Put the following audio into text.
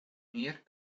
meer